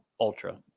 ultra